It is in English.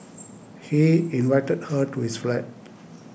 he invited her to his flat